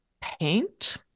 paint